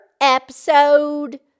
episode